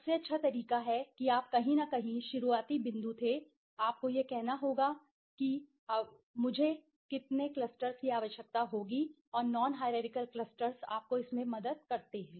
और सबसे अच्छा तरीका है कि आप कहीं न कहीं शुरुआती बिंदु थे आपको यह कहना होगा कि मुझे कितने क्लस्टर्स की आवश्यकता होगी और नॉन हाईरारकिअल क्लस्टर्स आपको इसमें मदद करते हैं